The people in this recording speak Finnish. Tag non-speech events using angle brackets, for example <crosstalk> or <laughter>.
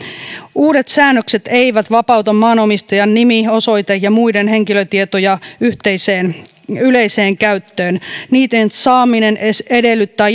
uudet säännökset eivät vapauta maanomistajan nimi osoite ja muita henkilötietoja yleiseen käyttöön niiden saaminen edellyttää <unintelligible>